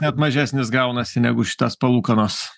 net mažesnis gaunasi negu šitos palūkanos